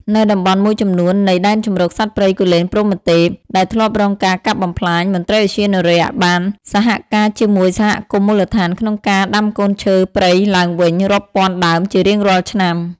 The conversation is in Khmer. នៅតំបន់មួយចំនួននៃ ដែនជម្រកសត្វព្រៃគូលែនព្រហ្មទេព ដែលធ្លាប់រងការកាប់បំផ្លាញ មន្ត្រីឧទ្យានុរក្សបានសហការជាមួយសហគមន៍មូលដ្ឋានក្នុងការដាំកូនឈើព្រៃឡើងវិញរាប់ពាន់ដើមជារៀងរាល់ឆ្នាំ។